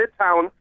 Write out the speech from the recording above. Midtown